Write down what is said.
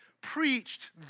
preached